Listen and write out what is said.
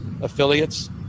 affiliates